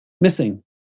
missing